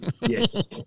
yes